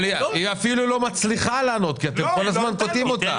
אבל היא אפילו לא מצליחה לענות כי אתם כל הזמן קוטעים אותה.